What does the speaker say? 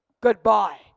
Goodbye